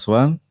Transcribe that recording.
one